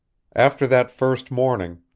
after that first morning,